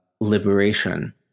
liberation